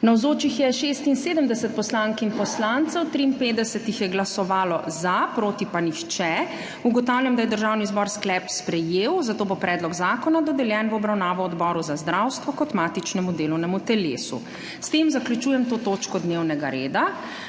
Navzočih je 76 poslank in poslancev, 53 jih je glasovalo za, proti pa nihče. (Za je glasovalo 53.)(Proti nihče.) Ugotavljam, da je Državni zbor sklep sprejel. Zato bo predlog zakona dodeljen v obravnavo Odboru za zdravstvo kot matičnemu delovnemu telesu. S tem zaključujem to točko dnevnega reda.